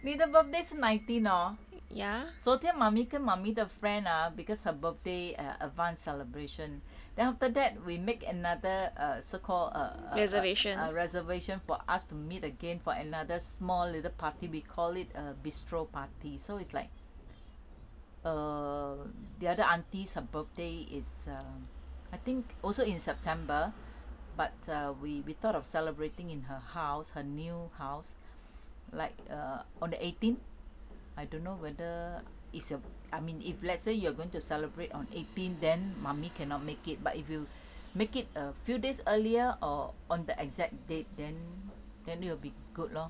你的 birthday 是 nineteen hor 昨天 mummy 跟 mummy 的 friend ah because her birthday advanced celebration then after that we make another err so call err reservation for us to meet again for another small little party we call it a bistro party so it's like err the other aunty's her birthday is err I think also in september but uh we we thought of celebrating in her house her new house like err on the eighteen I don't know whether it's your I mean if let's say you are going to celebrate on eighteen then mummy cannot make it but if you make it a few days earlier or on the exact date then then then will be good lor